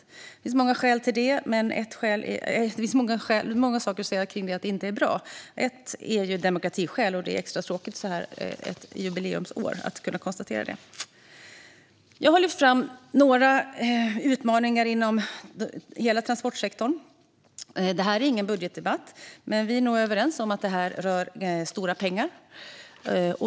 Det finns många anledningar till att detta inte är bra. Bland annat handlar det om demokratiskäl, vilket är extra tråkigt att kunna konstatera så här under ett jubileumsår. Jag har lyft fram några utmaningar inom hela transportsektorn. Det här är ingen budgetdebatt, men vi är nog överens om att detta rör stora pengar.